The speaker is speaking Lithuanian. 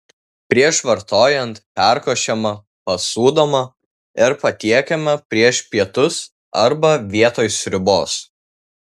prieš vartojant perkošiama pasūdomą ir patiekiama prieš pietus arba vietoj sriubos